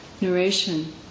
narration